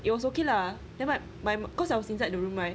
it was okay lah then my my cause I was inside the room right